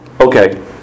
okay